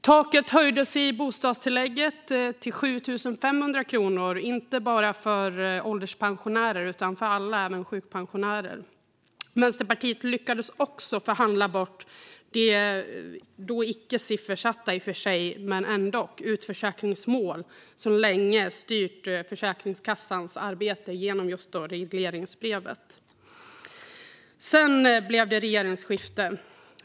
Taket i bostadstillägget höjdes till 7 500 kronor, inte bara för ålderspensionärer utan för alla, även sjukpensionärer. Vänsterpartiet lyckades också förhandla bort det då i och för sig icke siffersatta men ändå utförsäkringsmål som länge styrt Försäkringskassans arbete genom regleringsbrevet. Sedan blev det regeringsskifte.